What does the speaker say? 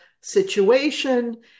situation